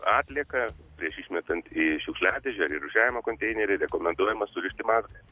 atlieką prieš išmetant į šiukšliadėžę rūšiavimo konteinerį rekomenduojama surišt į mazgą